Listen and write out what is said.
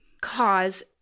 cause